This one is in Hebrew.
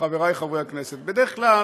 חבריי חברי הכנסת, בדרך כלל